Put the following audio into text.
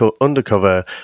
undercover